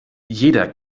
jeder